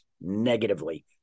negatively